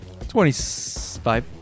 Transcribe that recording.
25